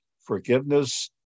forgiveness